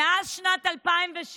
מאז שנת 2006,